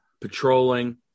patrolling